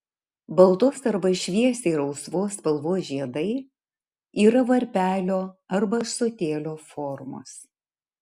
baltos arba šviesiai rausvos spalvos žiedai yra varpelio arba ąsotėlio formos